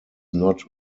not